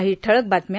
काही ठळक बातम्या